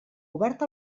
obert